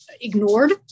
ignored